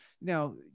now